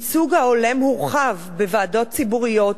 הייצוג ההולם הורחב בוועדות ציבוריות